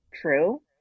true